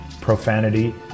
profanity